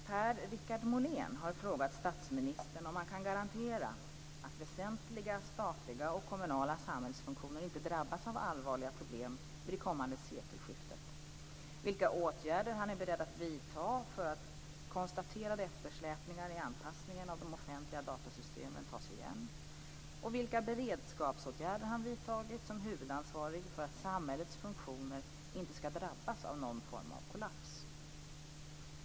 Per-Richard Molén har frågat statsministern om han kan garantera att väsentliga statliga och kommunala samhällsfunktioner inte drabbas av allvarliga problem vid det kommande sekelskiftet, vilka åtgärder han är beredd att vidta för att konstaterade eftersläpningar i anpassningen av de offentliga datasystemen tas igen och vilka beredskapsåtgärder han vidtagit som huvudansvarig för att samhällets funktioner inte skall drabbas av någon form av kollaps.